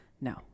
No